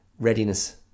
readiness